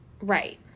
Right